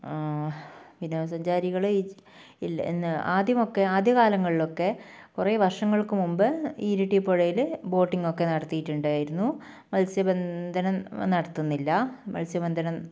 വിനോദ സഞ്ചാരികൾ ഇല്ല എന്ന് ആദ്യമൊക്കെ ആദ്യകാലങ്ങളിലൊക്കെ കുറെ വർഷങ്ങൾക്കു മുൻപ് ഇരിട്ടി പുഴയിൽ ബോട്ടിംഗ് ഒക്കെ നടത്തിയിട്ടുണ്ടായിരുന്നു മത്സ്യബന്ധനം നടത്തുന്നില്ല മത്സ്യബന്ധനം